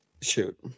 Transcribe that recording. Shoot